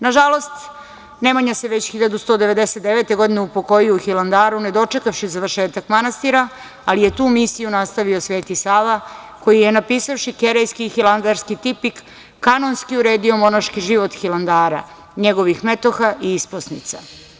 Nažalost, Nemanja se već 1199. godine upokojio u Hilandaru ne dočekavši završetak manastira, ali je tu misiju nastavio Sveti Sava koji je napisavši Karejski i Hilandarski tipik, kanonski uredio monaški život Hilandara, njegovih metoha i isposnica.